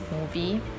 movie